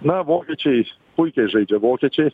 na vokiečiai puikiai žaidžia vokiečiai